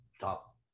top